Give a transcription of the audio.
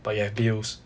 but you have bills